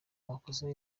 amakosa